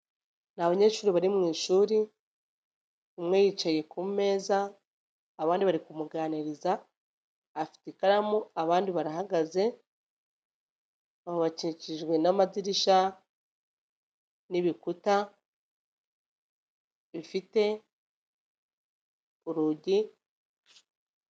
Ni abanyeshuri bari mu ishuri, umwe yicaye ku meza abandi bari kumuganiriza, afite ikaramu abandi barahagaze, bakikijwe n'amadirishya n'ibikuta bifite urugi.